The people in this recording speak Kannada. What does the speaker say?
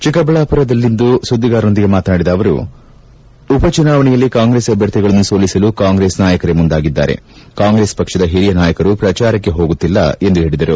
ಚಿಕ್ಕಬಳ್ಳಾಪುರದಲ್ಲಿಂದು ಸುದ್ದಿಗಾರರೊಂದಿಗೆ ಮಾತನಾಡಿದ ಅವರು ಉಪ ಚುನಾವಣೆಯಲ್ಲಿ ಕಾಂಗ್ರೆಸ್ ಅಭ್ಯರ್ಥಿಗಳನ್ನು ಸೋಲಿಸಲು ಕಾಂಗ್ರೆಸ್ ನಾಯಕರೆ ಮುಂದಾಗಿದ್ದಾರೆ ಕಾಂಗ್ರೆಸ್ ಪಕ್ಷದ ಹಿರಿಯ ನಾಯಕರು ಪ್ರಚಾರಕ್ಷೆ ಹೋಗುತ್ತಿಲ್ಲ ಎಂದು ಹೇಳದರು